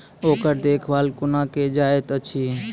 ओकर देखभाल कुना केल जायत अछि?